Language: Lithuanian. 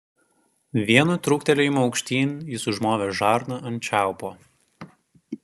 vienu trūktelėjimu aukštyn jis užmovė žarną ant čiaupo